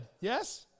Yes